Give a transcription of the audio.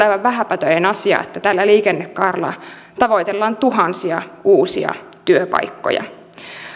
aivan vähäpätöinen asia että tällä liikennekaarella tavoitellaan tuhansia uusia työpaikkoja